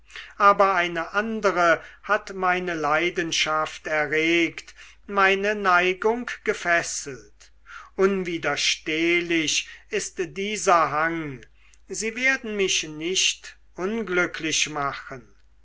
aber eine andere hat meine leidenschaft erregt meine neigung gefesselt unwiderstehlich ist dieser hang sie werden mich nicht unglücklich machen